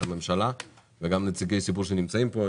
הממשלה וגם את נציגי הציבור שנמצאים כאן.